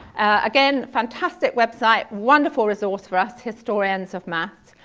again, fantastic website, wonderful resource for us historians of math,